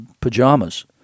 pajamas